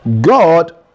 God